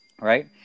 right